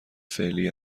فعلی